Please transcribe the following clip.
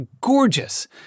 gorgeous